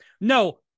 No